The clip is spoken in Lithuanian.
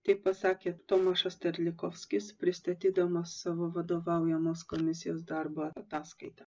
taip pasakė tomašas terlikofskis pristatydamas savo vadovaujamos komisijos darbo ataskaitą